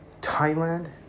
Thailand